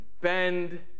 bend